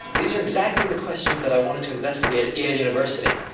these are exactly the questions that i wanted to investigate at yale university